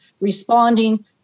responding